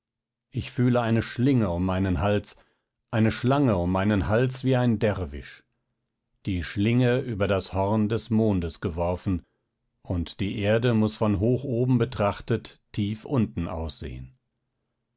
ich fühle eine schlinge um meinen hals eine schlange um meinen hals wie ein derwisch die schlinge über das horn des mondes geworfen und die erde muß von hoch oben betrachtet tief unten aussehen